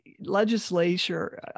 legislature